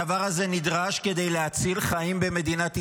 הדבר הזה נדרש כדי להציל חיים במדינת ישראל.